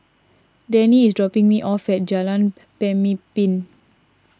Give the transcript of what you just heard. Dennie is dropping me off at Jalan Pemimpin